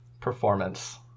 performance